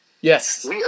Yes